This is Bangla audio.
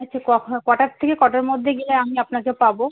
আচ্ছা ক হ্যাঁ কটার থেকে কটার মধ্যে গেলে আমি আপনাকে পাবো